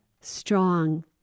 strong